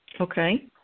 Okay